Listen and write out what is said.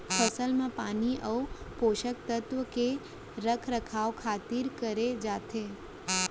फसल म पानी अउ पोसक तत्व के रख रखाव खातिर करे जाथे